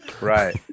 right